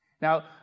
Now